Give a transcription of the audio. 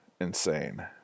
insane